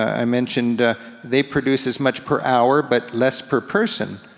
i mentioned they produce as much per hour but less per person.